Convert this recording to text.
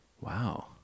Wow